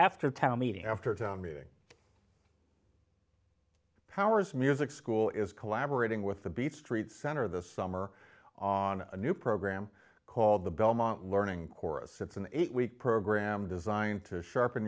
meeting after town meeting powers music school is collaborating with the beat street center this summer on a new program called the belmont learning chorus it's an eight week program designed to sharpen